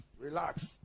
relax